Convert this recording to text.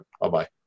Bye-bye